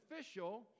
official